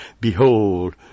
Behold